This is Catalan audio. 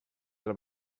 del